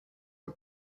are